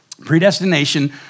Predestination